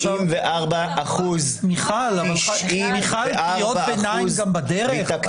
מיכל, קריאות ביניים גם בדרך?